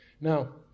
Now